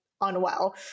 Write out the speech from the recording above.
unwell